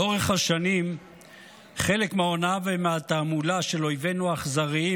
לאורך השנים חלק מההונאה והתעמולה של אויבינו האכזריים